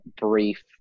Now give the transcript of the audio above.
brief